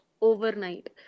overnight